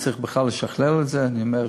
הוועדה